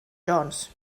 jones